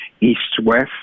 east-west